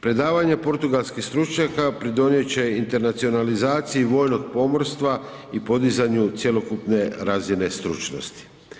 Predavanje portugalskih stručnjaka pridonijeti će internacionalizaciji vojnog pomorstva i podizanju cjelokupne razine stručnosti.